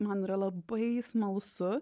man yra labai smalsu